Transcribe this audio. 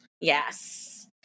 Yes